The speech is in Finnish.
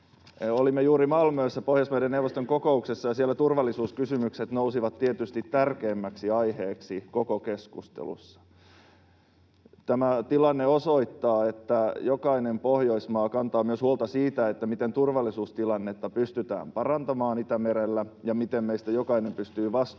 Olimme juuri Malmössä Pohjoismaiden neuvoston kokouksessa, ja siellä turvallisuuskysymykset nousivat tietysti tärkeimmäksi aiheeksi koko keskustelussa. Tämä tilanne osoittaa, että jokainen Pohjoismaa kantaa myös huolta siitä, miten turvallisuustilannetta pystytään parantamaan Itämerellä ja miten meistä jokainen pystymme vastuumme